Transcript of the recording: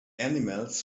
animals